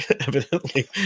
evidently